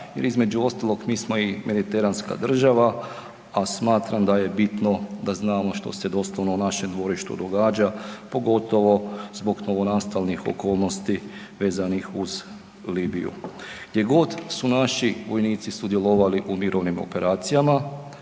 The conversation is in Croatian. Jer između ostalog mi smo i mediteranska država, a smatram da je bitno da znamo što se doslovno u našem dvorištu događa pogotovo zbog novonastalih okolnosti vezanih uz Libiju. Gdje god su naši vojnici sudjelovali u mirovnim operacijama